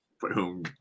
Boom